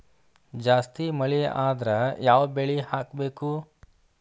ಜಾಸ್ತಿ ಮಳಿ ಆದ್ರ ಯಾವ ಬೆಳಿ ಹಾಕಬೇಕು?